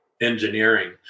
engineering